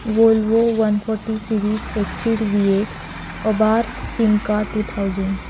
Volvo one forty series exceed V X Abarth Simca two thousand